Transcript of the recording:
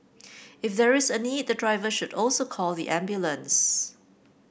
if there is a need the driver should also call the ambulance